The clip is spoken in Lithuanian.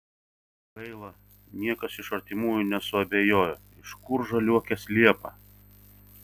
gaila niekas iš artimųjų nesuabejojo iš kur žaliuokės liepą